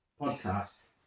podcast